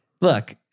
Look